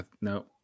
no